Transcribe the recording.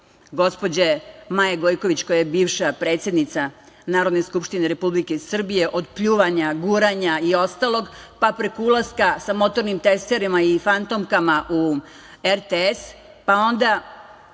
gospođe Maje Gojković koja je bivša predsednica Narodne skupštine Republike Srbije od pljuvanja, guranja i ostalog, pa preko ulaska sa motornim testerama i fantomkama u RTS, pa onda